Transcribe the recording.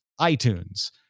iTunes